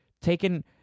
taken